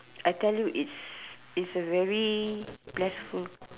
I tell you it's it's a very blasphe~